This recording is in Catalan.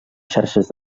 xarxes